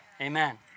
Amen